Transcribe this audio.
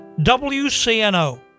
WCNO